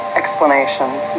explanations